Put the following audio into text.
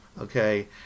Okay